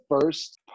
first